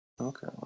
Okay